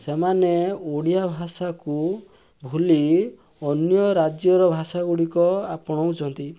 ସେମାନେ ଓଡ଼ିଆଭାଷାକୁ ଭୁଲି ଅନ୍ୟ ରାଜ୍ୟର ଭାଷାଗୁଡ଼ିକ ଆପଣାଉଛନ୍ତି